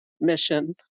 mission